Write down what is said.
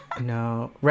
No